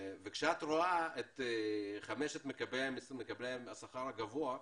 כשאת רואה את חמשת מקבלי השכר הגבוה,